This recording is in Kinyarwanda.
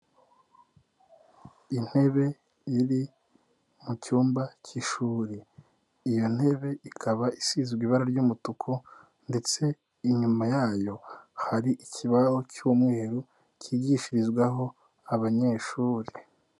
Intebe iri mu cyumba k'ishuri. Iyo ntebe ikaba isizwe ibara ry'umutuku ndetse inyuma yayo hari ikibaho cy'umweru kigishirizwaho abanyeshuri.